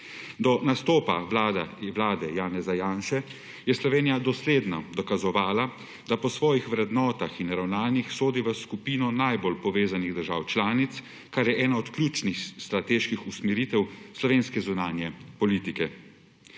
Do nastopa vlade Janeza Janše je Slovenija dosledno dokazovala, da po svojih vrednotah in ravnanjih sodi v skupino najbolj povezanih držav članic, kar je ena od ključnih strateških usmeritev slovenske zunanje politike.